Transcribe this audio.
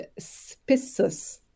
spissus